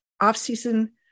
off-season